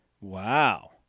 Wow